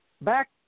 back